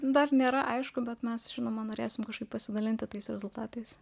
dar nėra aišku bet mes žinoma norėsime kažkaip pasidalinti tais rezultatais